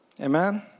Amen